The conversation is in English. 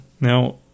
Now